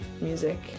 music